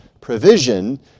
provision